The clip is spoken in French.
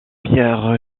pierre